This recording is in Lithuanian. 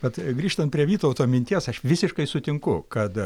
bet grįžtant prie vytauto minties aš visiškai sutinku kad